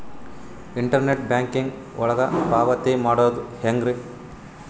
Internet banking ಒಳಗ ಪಾವತಿ ಮಾಡೋದು ಹೆಂಗ್ರಿ?